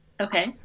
Okay